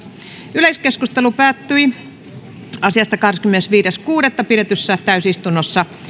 yleiskeskustelu asiasta päättyi kahdeskymmenesviides kuudetta kaksituhattakahdeksantoista pidetyssä täysistunnossa